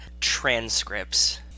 Transcripts